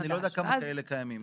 אני לא יודע כמה כאלה קיימים.